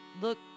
Look